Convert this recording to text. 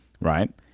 right